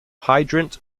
hydrant